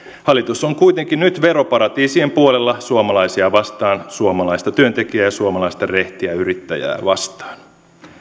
hallitus on kuitenkin nyt veroparatiisien puolella suomalaisia vastaan suomalaista työntekijää ja suomalaista rehtiä yrittäjää vastaan